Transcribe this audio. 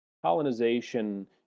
colonization